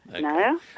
no